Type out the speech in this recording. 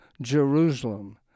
Jerusalem